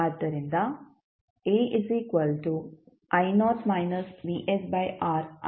ಆದ್ದರಿಂದ ಆಗಿದೆ